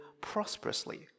prosperously